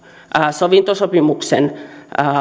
sovintosopimuksen